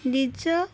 ନିଜ